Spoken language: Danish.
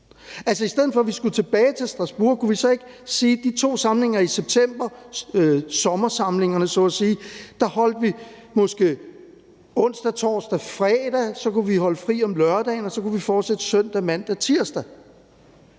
i stedet for skulle tilbage til Strasbourg sagde, at de to samlinger i september, sommersamlingerne så at sige, holdt vi måske onsdag, torsdag og fredag, og så kunne vi holde fri om lørdagen og fortsætte søndag, mandag tirsdag.